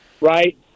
right